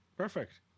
Perfect